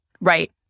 Right